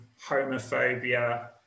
homophobia